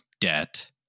debt